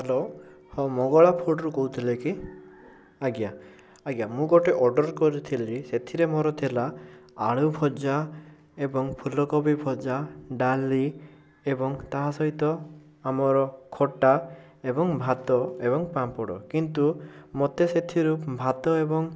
hello ହଁ ମଙ୍ଗଳ ଫୁଡ଼୍ରୁ କହୁଥିଲେ କି ଆଜ୍ଞା ଆଜ୍ଞା ମୁଁ ଗୋଟେ ଅର୍ଡ଼ର୍ କରିଥିଲି ସେଥିରେ ମୋର ଥିଲା ଆଳୁ ଭଜା ଏବଂ ଫୁଲ କୋବି ଭଜା ଡାଲି ଏବଂ ତା ସହିତ ଆମର ଖଟା ଏବଂ ଭାତ ଏବଂ ପାମ୍ପଡ଼୍ କିନ୍ତୁ ମୋତେ ସେଥିରୁ ଭାତ ଏବଂ